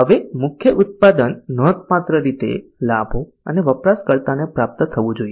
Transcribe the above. હવે મુખ્ય ઉત્પાદન નોંધપાત્ર રીતે લાભો અને વપરાશકર્તાને પ્રાપ્ત થવું જોઈએ